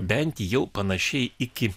bent jau panašiai iki